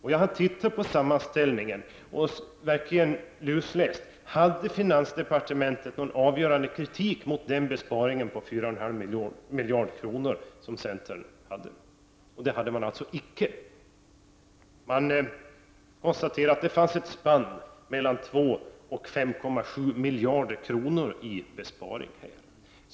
Jag har lusläst sammanställningen från detta tillfälle för att se om finansdepartementet verkligen riktar någon avgörande kritik mot centerns besparingsförslag om 4,5 miljard kronor, men det hade man icke. Man konstaterade att det fanns ett utrymme på mellan 2 och 5,7 miljarder kronor för besparingar.